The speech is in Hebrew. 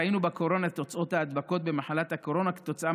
ראינו בקורונה את תוצאות ההדבקות במחלת הקורונה כתוצאה